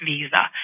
Visa